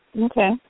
Okay